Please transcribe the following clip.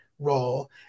role